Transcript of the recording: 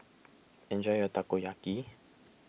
enjoy your Takoyaki